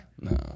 No